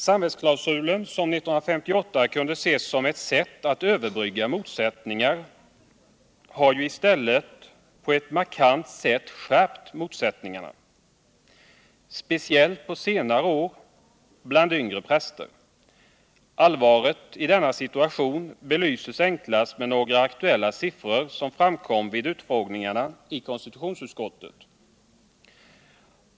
Samvetsklausulen, som 1958 kunde ses som ctt sätt att överbrygga motsättningar, har i stället på ett markant sätt skärpt motsättningarna, speciellt på senare år bland yngre präster. Allvaret i denna situation belyses enklast med några aktuella siffror, som framkom vid utfrågningarna i konstitutionsutskottet.